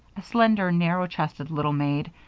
a slender, narrow-chested little maid,